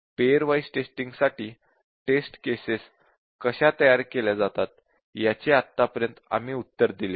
pair wise testing साठी test cases कशा तयार केल्या जातात याचे आतापर्यंत आम्ही उत्तर दिले नाही